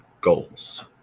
goals